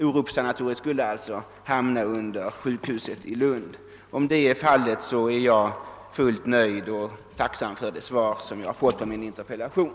Orupssjukhuset skulle alltså hamna under sjukhuset i Lund. Om så är fallet, är jag fullt nöjd och tacksam för det svar jag fått på min interpellation.